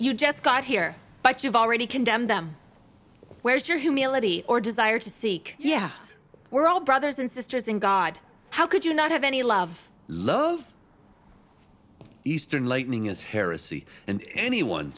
you just got here but you've already condemned them where's your humility or desire to seek yeah we're all brothers and sisters in god how could you not have any love love eastern lightning is heresy and anyone